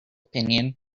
opinion